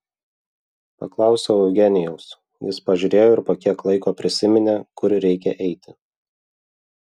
paklausiau eugenijaus jis pažiūrėjo ir po kiek laiko prisiminė kur reikia eiti